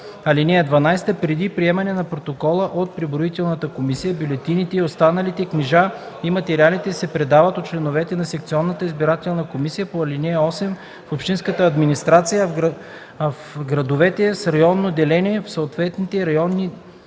„(12) Преди приемане на протокола от преброителната комисия бюлетините и останалите книжа и материали се предават от членовете на секционната избирателна комисия по ал. 8 в общинската администрация, а в градовете с районно деление в съответните районни